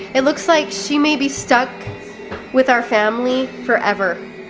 it looks like she may be stuck with our family forever.